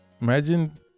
imagine